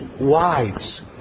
wives